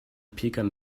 pecan